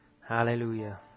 Hallelujah